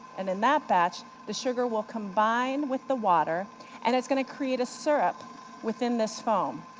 and in that batch, the sugar will combine with the water and it's going to create a syrup within this foam.